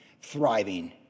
thriving